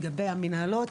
לגבי המנהלות,